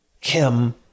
Kim